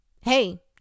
Hey